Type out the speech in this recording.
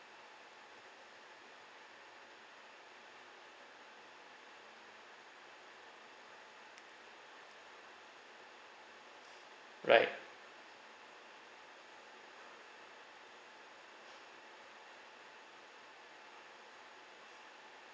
right